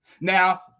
Now